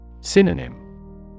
Synonym